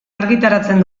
argitaratzen